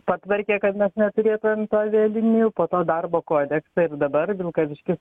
patvarkė kad mes neturėtumėm tų avialinijų po to darbo kodeksą ir dabar vilkaviškis